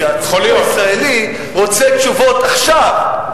כי הציבור הישראלי רוצה תשובות עכשיו.